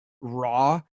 raw